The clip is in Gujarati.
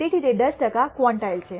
તેથી તે 10 ટકા ક્વોન્ટાઇલ છે